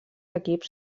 equips